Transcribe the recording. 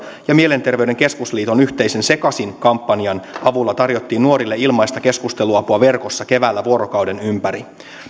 ja mielenterveyden keskusliiton yhteisen sekasin kampanjan avulla tarjottiin nuorille ilmaista keskusteluapua verkossa keväällä vuorokauden ympäri